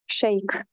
shake